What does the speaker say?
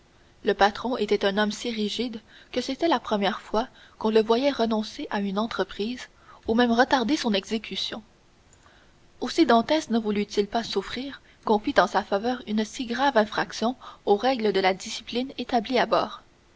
le patron était un homme si rigide que c'était la première fois qu'on le voyait renoncer à une entreprise ou même retarder son exécution aussi dantès ne voulut-il pas souffrir qu'on fit en sa faveur une si grave infraction aux règles de la discipline établie à bord